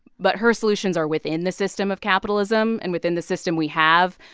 but her solutions are within the system of capitalism and within the system we have,